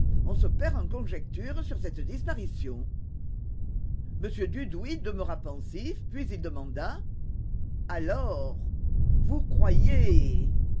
on se perd en conjectures sur cette disparition m dudouis demeura pensif puis demanda alors vous croyez